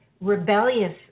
rebellious